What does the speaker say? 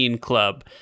club